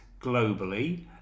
globally